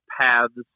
paths